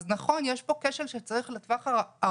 נכון - יש פה כשל שצריך לטפל בו לטווח הרחוק,